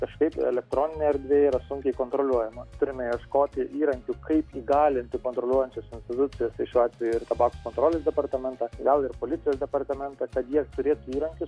kažkaip elektroninė erdvė yra sunkiai kontroliuojama turime ieškoti įrankių kaip įgalinti kontroliuojančas institucijas tai šiuo atveju ir tabako kontrolės departamentą gal ir policijos departamentą kad jie turėtų įrankius